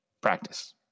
practice